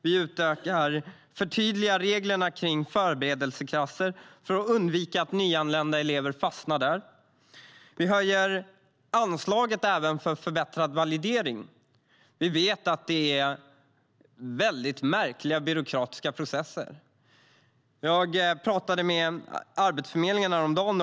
Vi förtydligar också reglerna kring förberedelseklasser för att undvika att nyanlända elever fastnar där. Vi höjer anslaget för förbättrad validering. Vi vet att det finns väldigt märkliga byråkratiska processer. Jag pratade med Arbetsförmedlingen häromdagen.